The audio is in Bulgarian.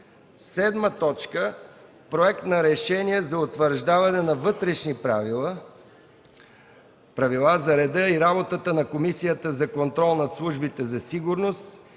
представители. 7. Проект за решение за утвърждаване на вътрешни правила за реда и работата на Комисията за контрол над службите за сигурност,